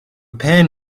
pen